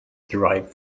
derived